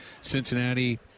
Cincinnati